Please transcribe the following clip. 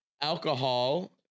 alcohol